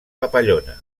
papallona